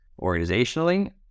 organizationally